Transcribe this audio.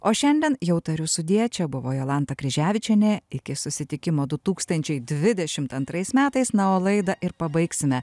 o šiandien jau tariu sudie čia buvo jolanta kryževičienė iki susitikimo du tūkstančiai dvidešimt antrais metais na o laidą ir pabaigsime